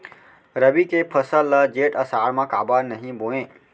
रबि के फसल ल जेठ आषाढ़ म काबर नही बोए?